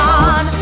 on